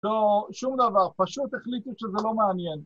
לא, שום דבר, פשוט החליטו שזה לא מעניין.